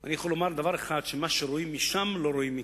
אני יכול לומר דבר אחד: מה שרואים משם לא רואים מכאן.